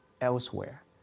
elsewhere